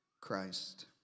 Christ